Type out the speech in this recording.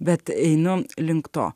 bet einu link to